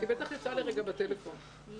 אני